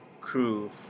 crew